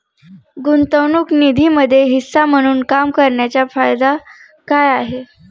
गुंतवणूक निधीमध्ये हिस्सा म्हणून काम करण्याच्या फायदा काय आहे?